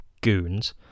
goons